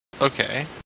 Okay